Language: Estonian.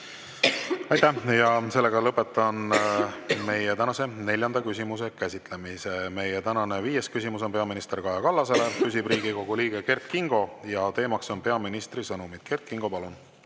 Aitäh! Lõpetan meie tänase neljanda küsimuse käsitlemise. Meie tänane viies küsimus on peaminister Kaja Kallasele, küsib Riigikogu liige Kert Kingo ja teema on peaministri sõnumid. Kert Kingo, palun!